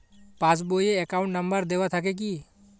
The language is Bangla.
পাস বই এ অ্যাকাউন্ট নম্বর দেওয়া থাকে কি?